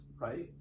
right